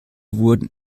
wurden